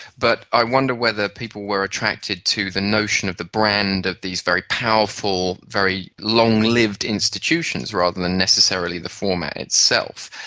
but i wonder whether people were attracted to the notion of the brand of these very powerful, very long-lived institutions rather than necessarily the format itself.